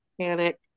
panic